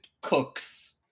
cooks